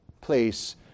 place